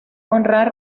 honrar